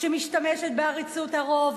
שמשתמשת בעריצות הרוב,